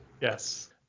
Yes